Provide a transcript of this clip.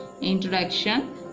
Introduction